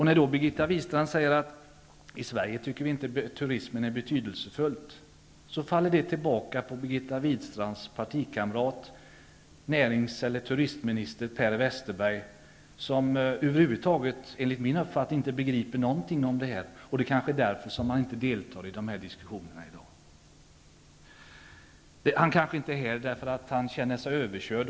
När Birgitta Wistrand säger att vi i Sverige inte tycker att turismen är betydelsefull, så faller det tillbaka på Birgitta Wistrands partikamrat, närings eller turistminister Per Westerberg. Enligt min uppfattning begriper han över huvud taget inget av det här. Det kanske är därför som han inte deltar i diskussionerna i dag. Han kanske inte är här därför att han känner sig överkörd.